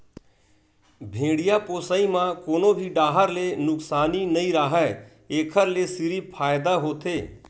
भेड़िया पोसई म कोनो भी डाहर ले नुकसानी नइ राहय एखर ले सिरिफ फायदा होथे